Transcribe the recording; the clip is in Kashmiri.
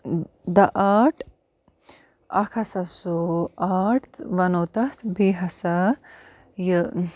دَ آٹ اکھ ہَسا سُہ آٹ وَنو تَتھ بیٚیہِ ہَسا یہِ